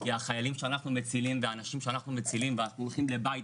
כי החיילים שאנחנו מצילים והאנשים שאנחנו מצילים ואנחנו הולכים בית